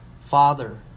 Father